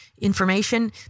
information